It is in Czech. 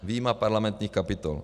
Vyjma parlamentních kapitol.